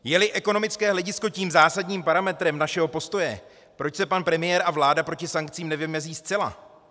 Jeli ekonomické hledisko tím zásadním parametrem našeho postoje, proč se pan premiér a vláda proti sankcím nevymezí zcela?